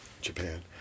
Japan